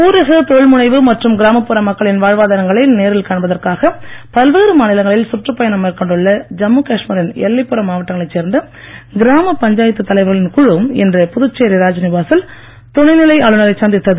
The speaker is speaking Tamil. ஊரக தொழில் முனைவு மற்றும் கிராமப்புற மக்களின் வாழ்வாதாரங்களை நேரில் காண்பதற்காக பல்வேறு மாநிலங்களில் சுற்றுப் பயணம் மேற்கொண்டுள்ள ஜம்மூ காஷ்மீரின் எல்லைப்புற மாவட்டங்களைச் சேர்ந்த கிராம பஞ்சாயத்து தலைவர்களின் குழு இன்று புதுச்சேரி ராஜ்நிவாசில் துணைநிலை ஆளுநரை சந்தித்தது